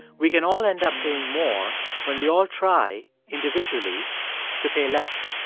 we can all end up paying more when we all try individually to pay less.